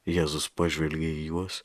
jėzus pažvelgė į juos